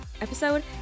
episode